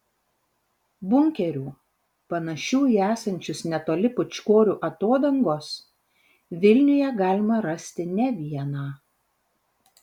bunkerių panašių į esančius netoli pūčkorių atodangos vilniuje galima rasti ne vieną